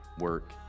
work